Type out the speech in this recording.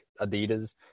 Adidas